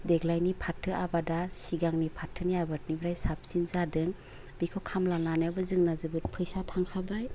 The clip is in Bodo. देग्लायनि फाथो आबादा सिगांनि फाथोनि आबादनिफ्राय साबसिन जादों बेखौ खामला लानायावबो जोंना जोबोद फैसा थांखाबाय